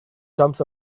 jumps